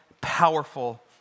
powerful